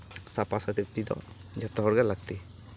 ᱥᱟᱯᱟᱼᱥᱟᱯᱤ ᱫᱚ ᱡᱷᱚᱛᱚ ᱦᱚᱲ ᱜᱮ ᱞᱟᱹᱠᱛᱤ